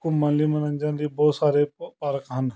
ਘੁੰਮਣ ਲਈ ਮੰਨੋਰੰਜਨ ਦੇ ਬਹੁਤ ਸਾਰੇ ਪ ਪਾਰਕ ਹਨ